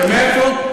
מאיפה?